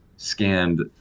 scanned